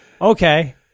Okay